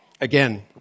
again